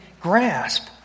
grasp